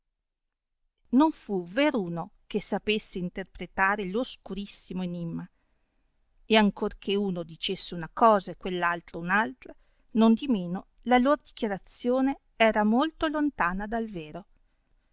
non fu veruno che sapesse interpretare l'oscurissimo enimma e ancor che uno dicesse una cosa e quelr altro un alti'a nondimeno la lor dichiarazione era molto lontana dal vero